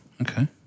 Okay